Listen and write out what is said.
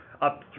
up